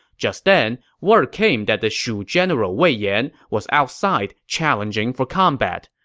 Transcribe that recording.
just then, word came that the shu general wei yan was outside challenging for combat.